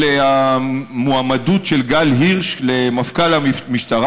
המועמדות של גל הירש למפכ"ל המשטרה.